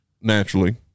naturally